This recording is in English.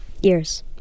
Years